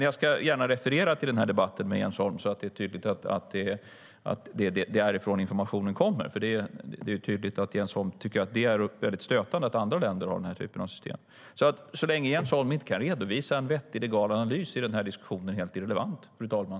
Jag ska gärna referera till debatten med Jens Holm så att det är tydligt att det är därifrån informationen kommer. Det är tydligt att Jens Holm tycker att det är väldigt stötande att andra länder har den här typen av system. Så länge inte Jens Holm kan redovisa en vettig legal analys är den här diskussionen helt irrelevant, fru talman.